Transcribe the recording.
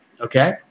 okay